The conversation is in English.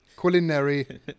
culinary